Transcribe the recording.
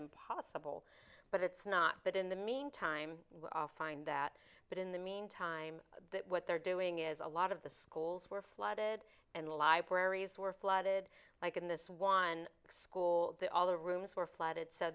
impossible but it's not but in the meantime find that but in the mean time what they're doing is a lot of the schools were flooded and libraries were flooded like in this one school that all the rooms were flooded so